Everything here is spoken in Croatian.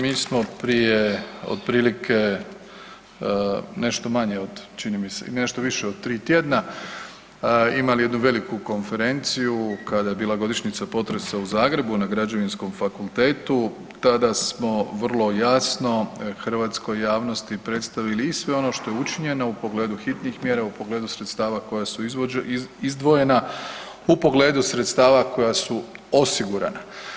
Mi smo prije otprilike nešto manje od čini mi se, nešto više od 3 tj., imali jednu veliku konferenciju kada je bila godišnjica potresa u Zagrebu na Građevinskom fakultetu, tada smo vrlo jasno hrvatskoj javnosti predstavili i sve ono što je učinjeno u pogledu hitnih mjera, u pogledu sredstava koja su izdvojena, u pogledu sredstava koja su osigurana.